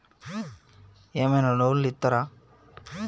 ఏమైనా లోన్లు ఇత్తరా?